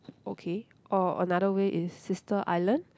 okay or another way is Sister-Island